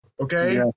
Okay